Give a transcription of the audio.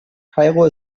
kairo